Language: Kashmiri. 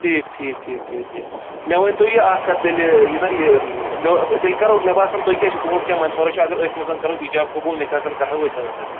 ٹھیٖک ٹھیٖک ٹھیٖک ٹھیٖک ٹھیٖک مےٚ ؤنۍ تو یہِ اَکھ کَتھ تیٚلہِ یہِ نا یہِ مےٚ تیٚلہِ کَرو مےٚ باسان تۄہہِ کیٛاہ چھُ تُہُنٛد کیٛاہ مَشوَرہ چھُ اگر أتھۍ منٛز کَرو اِٮ۪جاب قبوٗل نکاح زنہٕ کرو أتھۍ اَندَر